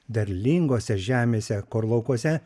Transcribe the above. derlingose žemėse kur laukuose